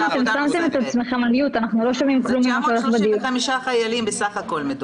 מדובר בסך הכול ב- 935 חיילים.